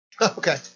Okay